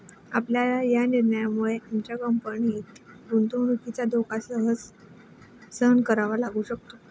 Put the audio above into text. आपल्या या निर्णयामुळे आमच्या कंपनीला गुंतवणुकीचा धोका सहन करावा लागू शकतो